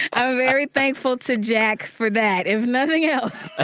i'm very thankful to jack for that, if nothing else ah